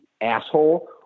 asshole